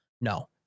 No